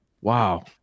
Wow